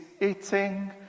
eating